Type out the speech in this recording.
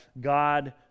God